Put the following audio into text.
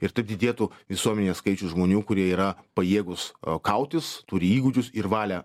ir taip didėtų visuomenės skaičius žmonių kurie yra pajėgūs a kautis turi įgūdžius ir valią